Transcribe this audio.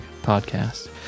podcast